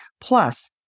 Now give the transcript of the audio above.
Plus